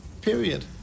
period